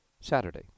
Saturday